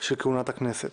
של כהונת הכנסת.